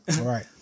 Right